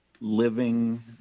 living